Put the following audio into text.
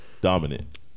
Dominant